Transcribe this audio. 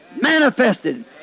manifested